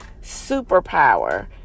superpower